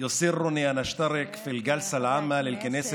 (אומר דברים